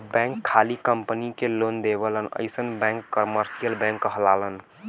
bank खाली company के loan देवलन अइसन बैंक कमर्सियल बैंक कहलालन